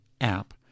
app